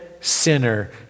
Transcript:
sinner